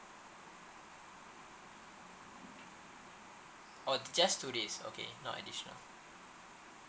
oh just two days okay not additional